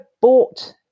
bought